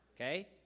okay